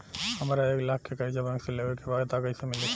हमरा एक लाख के कर्जा बैंक से लेवे के बा त कईसे मिली?